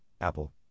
Apple